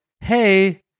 Hey